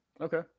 Okay